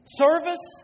service